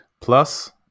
plus